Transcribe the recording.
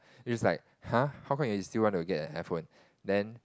he's like !huh! how come you still want to get an iPhone then